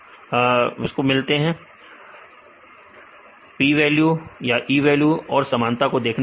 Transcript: विद्यार्थी समय देखें 2506 सही है हम p वैल्यू और e वैल्यू और समानता को देख सकते हैं